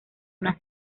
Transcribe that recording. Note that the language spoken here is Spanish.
una